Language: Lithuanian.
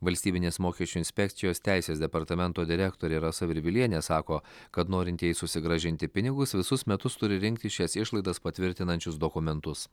valstybinės mokesčių inspekcijos teisės departamento direktorė rasa virvilienė sako kad norintieji susigrąžinti pinigus visus metus turi rinkti šias išlaidas patvirtinančius dokumentus